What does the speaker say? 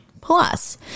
plus